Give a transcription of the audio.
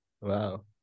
Wow